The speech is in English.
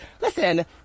listen